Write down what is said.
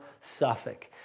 Suffolk